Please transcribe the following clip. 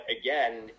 again